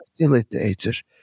facilitator